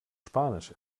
spanisch